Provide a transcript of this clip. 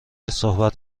صحبت